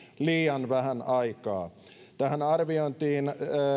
liian vähän aikaa tähän arviointiin